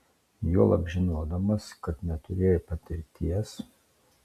juolab žinodamas kad neturėjai patirties